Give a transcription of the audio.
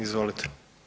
Izvolite.